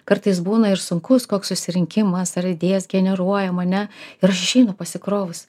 kartais būna ir sunkus koks susirinkimas ar idėjas generuojam ane ir aš išeinu pasikrovus